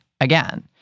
again